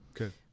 Okay